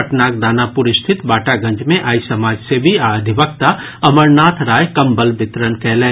पटनाक दानापुर स्थित बाटागंज मे आइ समाजसेवी आ अधिवक्ता अमरनाथ राय कंबल वितरण कयलनि